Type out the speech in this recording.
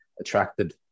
attracted